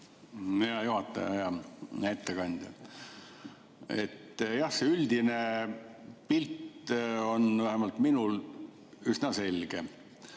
Hea juhataja! Hea ettekandja! Jah, see üldine pilt on vähemalt minul üsna selge.